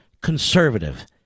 conservative